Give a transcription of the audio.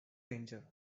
danger